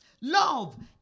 love